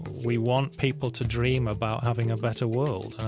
we want people to dream about having a better world.